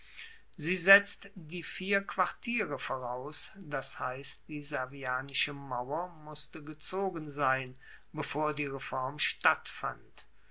sie setzt die vier quartiere voraus das heisst die servianische mauer musste gezogen sein bevor die reform stattfand